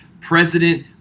President